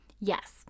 Yes